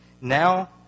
now